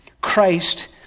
Christ